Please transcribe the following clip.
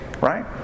right